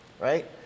right